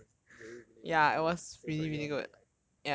year four is really really my my favorite year of my life